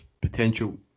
potential